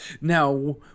Now